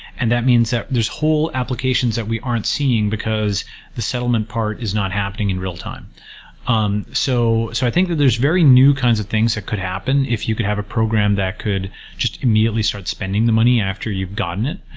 and that means that there's whole applications that we aren't seeing, because the settlement part is not happening in real time um so so i think that there's very new kinds of things that could happen if you could have a program that could just immediately start spending the money after you've gotten it.